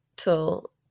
Till